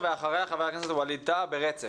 אחריה חבר הכנסת ווליד טאהא.